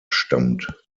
stammt